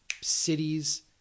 cities